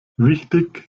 wichtig